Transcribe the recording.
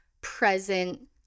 present